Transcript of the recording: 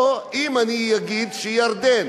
או אם אני אגיד שירדן,